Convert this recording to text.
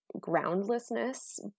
groundlessness